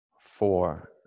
four